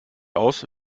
aus